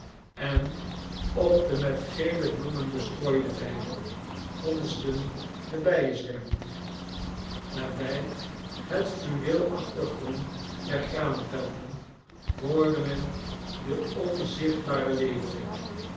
en op de met gele bloemen bestrooide weide gonsden de bijenzwermen nabij het fluweelachtig groen der graanvelden hoorde men den onzichtbaren leeuwerik